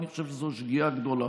אני חושב שזאת שגיאה גדולה.